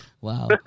Wow